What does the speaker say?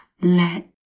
let